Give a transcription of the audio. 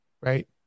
right